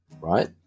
right